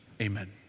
amen